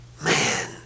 man